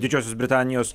didžiosios britanijos